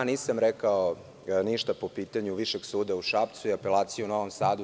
Nisam rekao ništa po pitanju Višeg suda u Šapcu i apelacije u Novom sada.